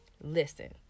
Listen